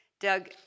Doug